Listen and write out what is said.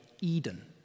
Eden